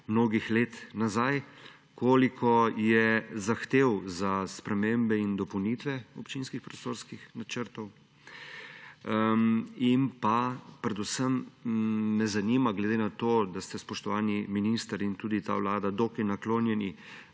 mnogo let nazaj. Koliko je zahtev za spremembe in dopolnitve občinskih prostorskih načrtov? In predvsem me zanima, ker ste, spoštovani minister, in tudi ta vlada dokaj naklonjeni